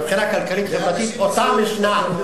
מבחינה כלכלית-חברתית אותה משנה.